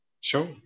Sure